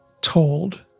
told